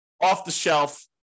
off-the-shelf